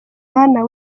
mana